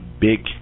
big